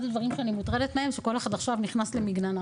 אחד הדברים שאני מוטרדת מהם הוא שכל אחד עכשיו נכנס למגננה.